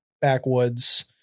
backwoods